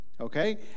okay